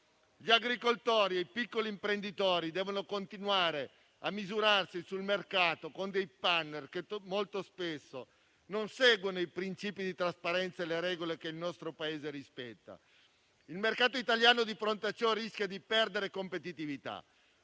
Gli agricoltori e i piccoli imprenditori devono continuare a misurarsi sul mercato con dei *panel* che molto spesso non seguono i principi di trasparenza e le regole che il nostro Paese invece rispetta. Di fronte a ciò, il mercato italiano rischia di perdere competitività.